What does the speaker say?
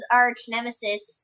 arch-nemesis